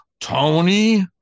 tony